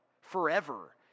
forever